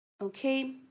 Okay